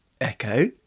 Echo